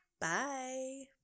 Bye